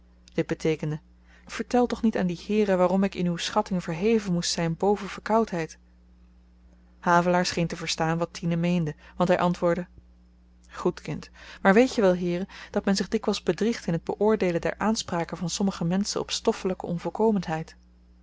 dit beteekende vertel toch niet aan die heeren waarom ik in uw schatting verheven moest zyn boven verkoudheid havelaar scheen te verstaan wat tine meende want hy antwoordde goed kind maar weet je wel heeren dat men zich dikwyls bedriegt in t beoordeelen der aanspraken van sommige menschen op stoffelyke onvolkomenheid